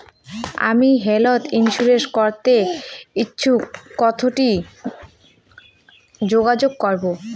আমি health insurance করতে ইচ্ছুক কথসি যোগাযোগ করবো?